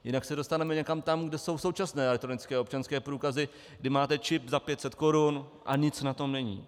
Jinak se dostaneme někam tam, kde jsou současné elektronické občanské průkazy, kdy máte čip za 500 korun a nic na tom není.